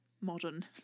modern